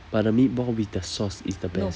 but the meatball with the sauce is the best